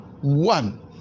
one